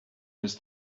was